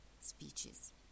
speeches